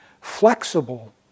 flexible